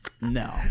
No